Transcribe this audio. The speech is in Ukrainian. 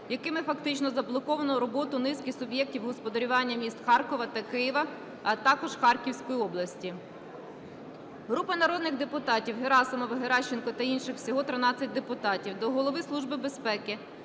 якими фактично заблоковано роботу низки суб'єктів господарювання міст Харкова та Києва, а також Харківської області. Групи народних депутатів (Герасимова, Геращенко та інших. Всього 13 депутатів) до Голови Служби безпеки